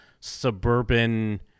suburban